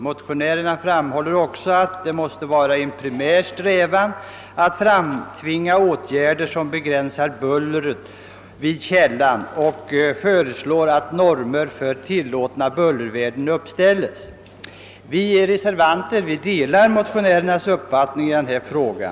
Motionärerna anser också att det bör vara en primär strävan att framtvinga åtgärder som begränsar buller vid källan, och de föreslår att normer för tillåtna bullervärden uppställs. Reservanterna delar <motionärernas uppfattning i denna fråga.